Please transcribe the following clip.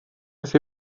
beth